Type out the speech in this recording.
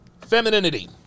femininity